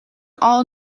all